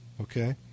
okay